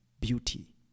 beauty